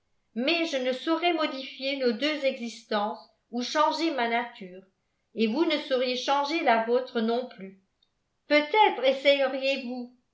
mais je ne saurais modifier nos deux existences ou changer ma nature et vous ne sauriez changer la vôtre non plus peut-être essaieriez vous